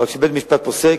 אבל כשבית-המשפט פוסק,